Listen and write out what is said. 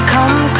Come